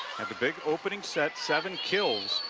had the big opening set, seven kills